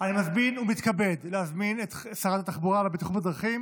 אני מתכבד להזמין את שרת התחבורה והבטיחות בדרכים